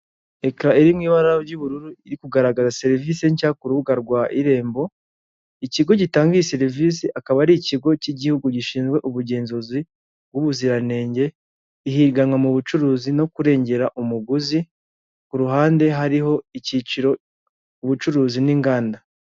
Ekara iri mu ibara ry'ubururu, iri kugaragaza serivisi nshya ku rubuga rwa irembo, ikigo gitanga iyi serivisi, akaba ari ikigo cy'igihugu gishinzwe ubugenzuzi bw'ubuziranenge, ihiganwa mu bucuruzi, no kurengera umuguzi, ku ruhande hariho icyiciro, ubucuruzi, n'inganda.